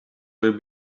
will